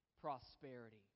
prosperity